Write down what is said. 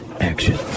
action